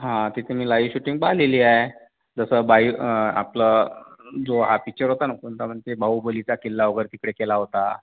हां तिथं मी लाईव्ह शूटिंग पाहिलेली आहे जसं बाइ आपलं जो हा पिच्चर होता ना कोणता म्हणते बाहुबलीचा किल्ला वगैरे तिकडे केला होता